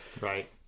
Right